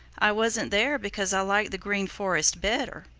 i wasn't there because i like the green forest better,